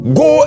go